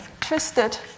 twisted